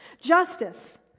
Justice